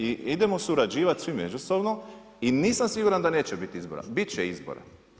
I idemo surađivati svi međusobno i nisam siguran da neće biti izbora, bit će izbora.